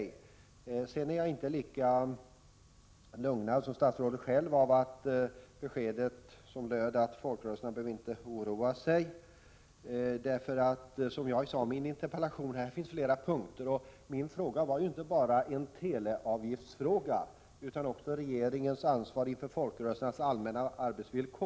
Däremot är jag inte lika lugnad som statsrådet själv tycks vara av beskedet om att folkrörelserna inte behöver oroa sig. Som jag sagt i min interpellation finns det flera punkter i detta sammanhang. Min fråga var inte enbart en teleavgiftsfråga, utan den gällde också regeringens ansvar inför folkrörelsernas allmänna arbetsvillkor.